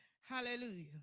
Hallelujah